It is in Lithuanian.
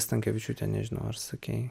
stankevičiūtė nežinau ar sakei